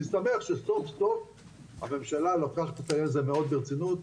אני שמח שסוף סוף הממשלה לוקחת את העניין הזה מאוד ברצינות,